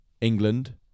England